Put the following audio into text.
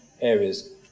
areas